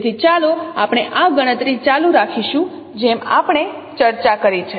તેથી ચાલો આપણે આ ગણતરી ચાલુ રાખીશું જેમ આપણે ચર્ચા કરી છે